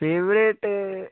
favorite